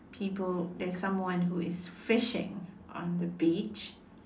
people there is someone who is fishing on the beach